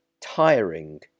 tiring